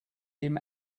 him